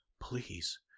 please